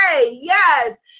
yes